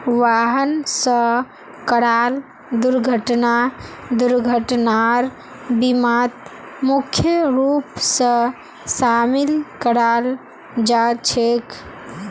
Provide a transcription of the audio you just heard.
वाहन स कराल दुर्घटना दुर्घटनार बीमात मुख्य रूप स शामिल कराल जा छेक